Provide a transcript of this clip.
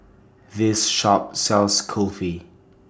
This Shop sells Kulfi